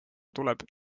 tuleb